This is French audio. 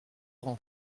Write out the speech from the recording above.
grand